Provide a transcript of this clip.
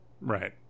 Right